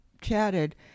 chatted